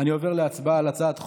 אני עובר להצבעה על הצעת חוק,